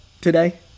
today